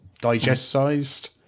digest-sized